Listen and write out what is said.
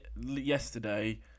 yesterday